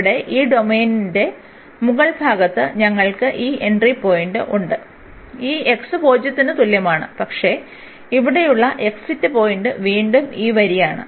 ഇവിടെ ഈ ഡൊമെയ്നിന്റെ മുകൾഭാഗത്ത് ഞങ്ങൾക്ക് ഈ എൻട്രി പോയിൻറ് ഉണ്ട് ഈ x 0 ന് തുല്യമാണ് പക്ഷേ ഇവിടെയുള്ള എക്സിറ്റ് പോയിൻറ് വീണ്ടും ഈ വരിയാണ്